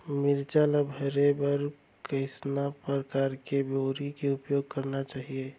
मिरचा ला भरे बर कइसना परकार के बोरी के उपयोग करना चाही?